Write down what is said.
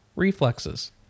reflexes